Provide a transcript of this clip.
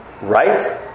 Right